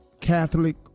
Catholic